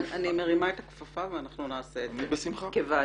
--- אני מרימה את הכפפה ואנחנו נעשה את זה כוועדה.